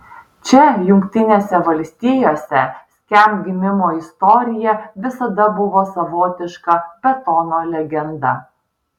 čia jungtinėse valstijose skamp gimimo istorija visada buvo savotiška betono legenda